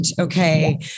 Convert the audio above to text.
Okay